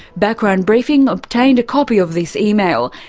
background briefing obtained a copy of this email.